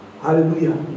Hallelujah